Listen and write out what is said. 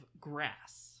grass